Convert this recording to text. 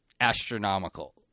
astronomical